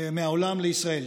מהעולם לישראל.